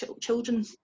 children